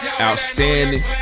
Outstanding